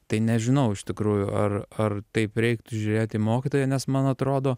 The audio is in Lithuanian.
tai nežinau iš tikrųjų ar ar taip reiktų žiūrėt į mokytoją nes man atrodo